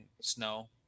Snow